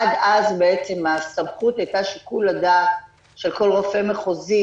עד אז הסמכות הייתה שיקול הדעת של כל רופא מחוזי,